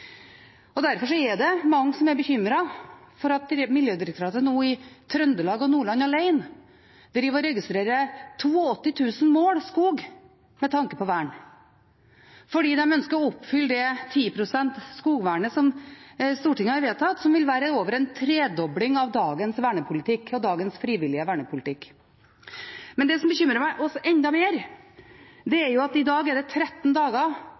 naturressurser. Derfor er det mange som er bekymret for at Miljødirektoratet nå i Trøndelag og Nordland alene registrerer 82 000 mål skog med tanke på vern, fordi de ønsker å oppfylle det 10 pst.-skogvernet som Stortinget har vedtatt, som vil være over en tredobling av dagens frivillige vernepolitikk. Det som bekymrer oss enda mer, er at i dag er det 13 dager